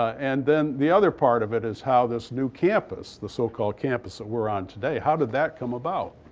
and then the other part of it is how this new campus, the so-called campus, that ah we're on today, how did that come about?